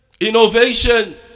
Innovation